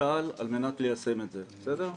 צה"ל על מנת ליישם את זה, בסדר?